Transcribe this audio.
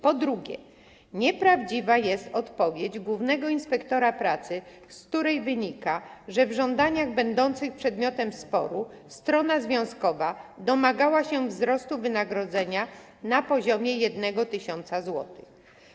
Po drugie, nieprawdziwa jest odpowiedź głównego inspektora pracy, z której wynika, że w żądaniach będących przedmiotem sporu strona związkowa domagała się wzrostu wynagrodzenia na poziomie 1 tys. zł.